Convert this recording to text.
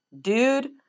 Dude